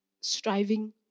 striving